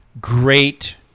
great